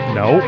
no